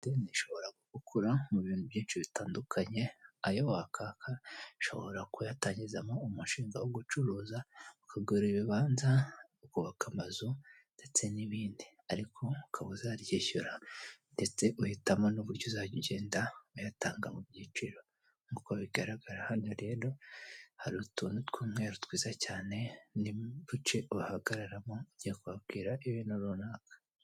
Ideni rishobora kugukura mu bintu byinshi bitandukanye, ayo wakaka ushobora kuyatangizamo umushinga wo gacuruza ukagura ibibanza, ukubaka amazu ndetse n'ibindi, ariko ukaba uzaryishyura ndetse uhitamo n'uburyo uzajya ugenda uyatanga mu byiciro nk'uko bigaragara hano rero hari utuntu ufite utuntu tw'umweru twiza cyane uhagararamo ujya kubabwira ibintu runaka